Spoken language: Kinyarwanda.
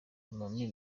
lomami